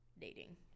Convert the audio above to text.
dating